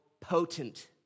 potent